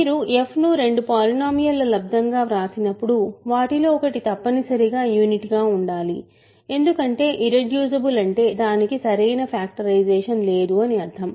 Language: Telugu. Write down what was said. మీరు f ను రెండు పాలినోమియల్ ల లబ్దం గా వ్రాసినప్పుడు వాటిలో ఒకటి తప్పనిసరిగా యూనిట్గా ఉండాలి ఎందుకంటే ఇర్రెడ్యూసిబుల్ అంటే దానికి సరైన ఫ్యాక్టరైజేషన్ లేదు అని అర్థం